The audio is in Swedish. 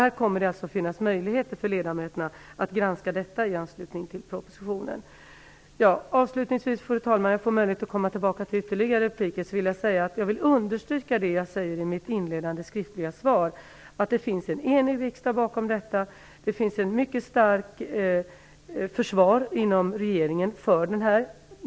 Det kommer att finnas möjligheter för ledamöterna att granska detta i anslutning till propositionen. Fru talman! Jag får möjlighet att komma tillbaka i ytterligare repliker, men avslutningsvis vill jag understryka det jag säger i mitt inledande skriftliga svar, nämligen att det finns en enig riksdag bakom detta och att det finns ett mycket starkt försvar inom regeringen för detta.